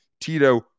Tito